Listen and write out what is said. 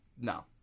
No